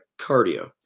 cardio